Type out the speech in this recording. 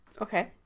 Okay